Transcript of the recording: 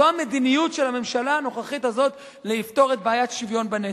זו המדיניות של הממשלה הנוכחית הזאת לפתור את בעיית השוויון בנטל.